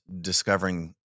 discovering